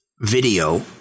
video